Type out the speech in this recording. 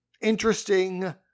interesting